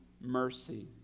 mercy